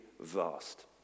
vast